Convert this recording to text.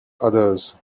others